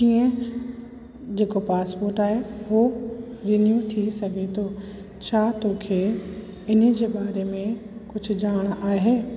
कीअं जेको पासपोर्ट आहे हू रिन्यू थी सघे थो छा तोखे इने जे बारे में कुझु ॼाणु आहे